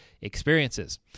experiences